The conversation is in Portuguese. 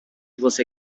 você